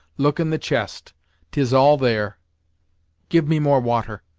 look in the chest tis all there give me more water.